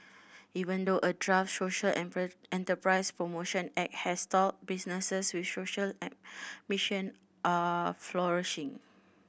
even though a draft social enterprise promotion act has stalled businesses with social an mission are flourishing